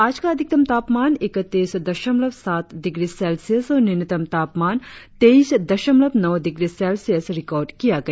आज का अधिकतम तापमान इक्कतीस दशमलव सात डिग्री सेल्सियस और न्यूनतम तापमान तेईस दशमलव नौ डिग्री सेल्सियस रिकार्ड किया गया